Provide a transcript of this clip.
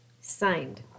signed